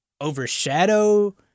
overshadow